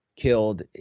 killed